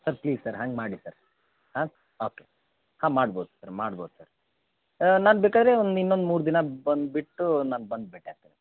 sir please sir ಹಂಗೆ ಮಾಡಿ sir ಹಾಂ ಓಕೆ ಹಾಂ ಮಾಡ್ಬೌದು ಸರ್ ಮಾಡ್ಬೌದು ಸರ್ ಹಾಂ ನಾನು ಬೇಕಾದರೆ ಒಂದು ಇನ್ನೊಂದು ಮೂರು ದಿನ ಬಂದು ಬಿಟ್ಟು ನಾನು ಬಂದು ಭೆಟ್ಟಿ ಆಗ್ತೀನಿ ಸರ್